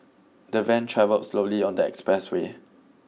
the van travelled slowly on the expressway